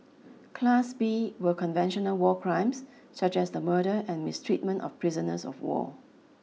class B were conventional war crimes such as the murder and mistreatment of prisoners of war